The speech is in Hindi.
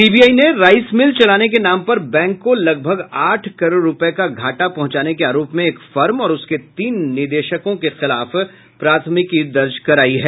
सीबीआई ने राइस मिल चलाने के नाम पर बैंक को लगभग आठ करोड़ रुपये का घाटा पहुंचाने के आरोप में एक फर्म और उसके तीन निदेशकों के खिलाफ प्राथमिकी दर्ज करायी है